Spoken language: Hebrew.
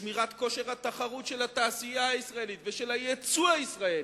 המאבק לשמירת כושר התחרות של התעשייה הישראלית ושל היצוא הישראלי,